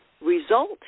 result